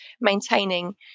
maintaining